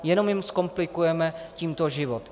Jenom jim zkomplikujeme tímto život.